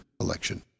election